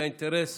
זה אינטרס